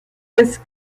des